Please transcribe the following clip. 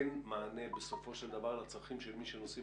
אין מענה בסופו של דבר לצרכים של מי שנוסעים